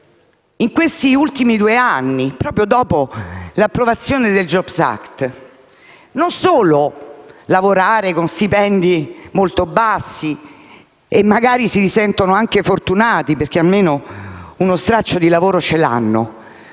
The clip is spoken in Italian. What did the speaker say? in questi ultimi due anni, proprio dopo l'approvazione del *jobs act*, non solo lavora con stipendi molto bassi (e magari si sente anche fortunata, perché almeno ha uno straccio di lavoro), ma,